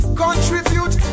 contribute